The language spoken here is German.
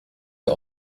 der